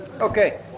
Okay